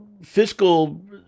fiscal